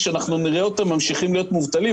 אנחנו נראה אותם ממשיכים להיות מובטלים.